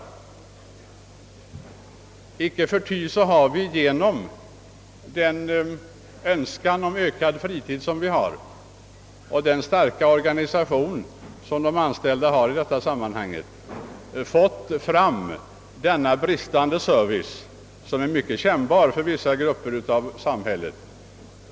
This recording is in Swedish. Men icke förty har kravet på ökad fritid och styrkan hos de anställdas organisation lett till denna bankernas bristande service, som är mycket kännbar för vissa grupper i samhället.